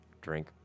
drink